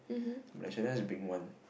Malaysia there is big one